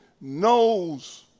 knows